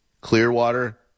Clearwater